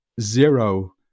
zero